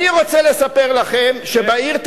אני רוצה לספר לכם שבעיר,